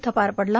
इथं पार पडला